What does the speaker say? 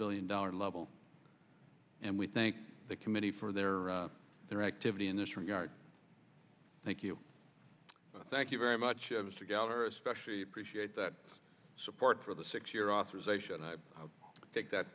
billion dollars level and we thank the committee for their their activity in this regard thank you thank you very much of us together especially appreciate that support for the six year authorization i take that